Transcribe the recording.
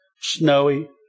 snowy